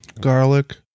garlic